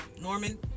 Norman